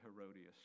Herodias